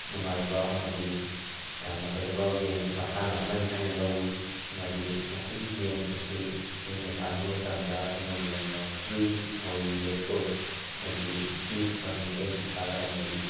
ꯅꯨꯉꯥꯏꯕ ꯑꯃꯗꯤ ꯌꯥꯝꯅ ꯐꯖꯕ ꯒꯦꯝ ꯃꯁꯥꯟꯅ ꯑꯃꯅꯤ ꯍꯥꯏꯅ ꯂꯧꯏ ꯑꯃꯗꯤ ꯃꯁꯤꯒꯤ ꯒꯦꯝ ꯑꯁꯤ ꯑꯩꯅ ꯁꯥꯟꯅꯕ ꯃꯇꯝꯗ ꯑꯩꯉꯣꯟꯗ ꯌꯥꯝꯅ ꯐ꯭ꯔꯤ ꯑꯣꯏ ꯔꯤꯂꯦꯛꯁ ꯑꯣꯏ ꯑꯃꯗꯤ ꯄꯤꯁ ꯐꯪꯏ ꯑꯩꯒꯤ ꯏꯁꯥꯗ ꯑꯃꯗꯤ